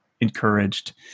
encouraged